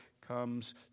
comes